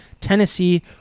Tennessee